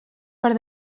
per